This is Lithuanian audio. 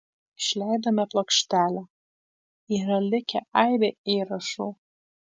išleidome plokštelę yra likę aibė įrašų